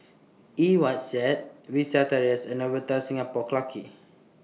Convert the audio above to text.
Eng Watt Said Vista Terrace and Novotel Singapore Clarke Quay